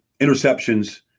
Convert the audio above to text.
Interceptions